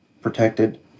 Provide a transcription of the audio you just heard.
protected